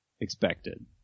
expected